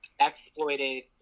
exploited